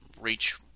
Reach